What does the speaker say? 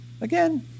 again